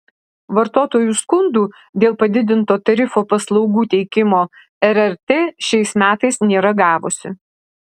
vartotojų skundų dėl padidinto tarifo paslaugų teikimo rrt šiais metais nėra gavusi